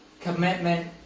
commitment